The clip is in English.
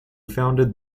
founded